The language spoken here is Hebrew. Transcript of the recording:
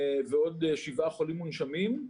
ועוד שבעה חולים מונשמים.